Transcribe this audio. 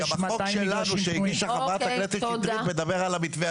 גם החוק שלנו שהגישה חברת הכנסת שטרית מדבר על המתווה הזה.